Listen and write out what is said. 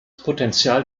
potential